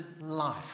life